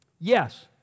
Yes